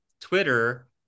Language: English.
Twitter